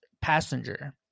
Passenger